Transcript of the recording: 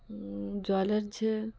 জলের যে